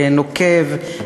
נוקב,